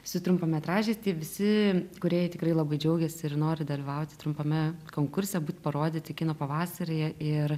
su trumpametražiais tie visi kūrėjai tikrai labai džiaugiasi ir nori dalyvauti trumpame konkurse būt parodyti kino pavasaryje ir